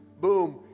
boom